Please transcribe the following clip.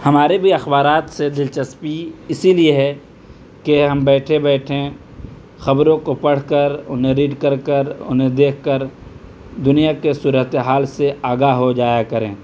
ہمارے بھی اخبارات سے دلچسپی اسی لیے ہے کہ ہم بیٹھے بیٹھیں خبروں کو پڑھ کر انہیں ریڈ کر کر انہیں دیکھ کر دنیا کے صورت حال سے آگاہ ہو جایا کریں